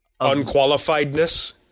Unqualifiedness